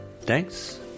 thanks